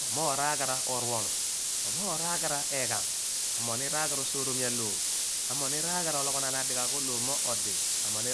Omoogh raaghara oruonu omoogh raaghara egham amoogh ni raaghara osooremialoor amooghni raaghara ologhonaan adigh aagh olommo odi